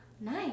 Nice